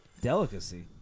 Delicacy